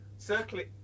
Circling